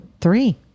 three